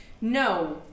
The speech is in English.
no